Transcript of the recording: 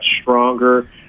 stronger